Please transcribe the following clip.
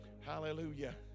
Hallelujah